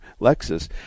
Lexus